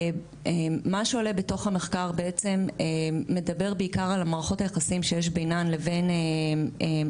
מה שעולה בתוך המחקר מדבר בעיקר על מערכות היחסים שיש בינן לבין עצמן,